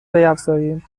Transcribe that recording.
بیفزاییم